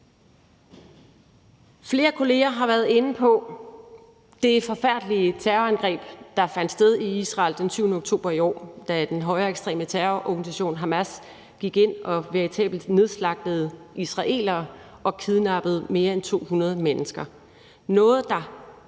Flere kollegaer har været inde på det forfærdelige terrorangreb, der fandt sted i Israel den 7. oktober i år, da den højreekstreme terrororganisation Hamas gik ind og veritabelt nedslagtede israelere og kidnappede mere end 200 mennesker – noget, der